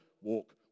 walk